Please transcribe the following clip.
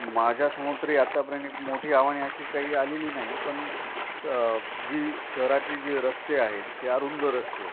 माझ्या समोर तरी आत्तापर्यंत एक मोठी आव्हाने अशी काही आलेली नाही पण स जी शहरातली जी रस्ते आहेत ते अरुंद रस्ते